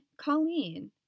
Colleen